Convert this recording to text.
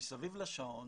מסביב לשעון,